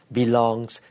belongs